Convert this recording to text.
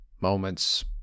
moments